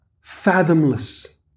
fathomless